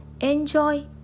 enjoy